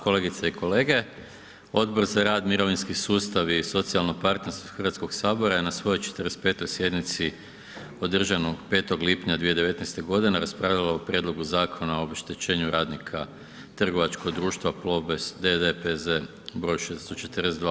Kolegice i kolege, Odbor za rad, mirovinski sustav i socijalno partnerstvo Hrvatskog sabora je na svojoj 45. sjednici održanu 5. lipnja 2019. g. raspravljalo o Prijedlogu zakona o obeštećenju radnika trgovačkog društva Plobest d.d., P.Z. br. 642.